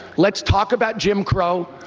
let's talk about jim crow.